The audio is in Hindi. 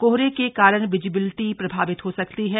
कोहरे के कारण विजिबिलिटी प्रभावित हो सकती है